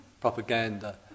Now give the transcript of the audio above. propaganda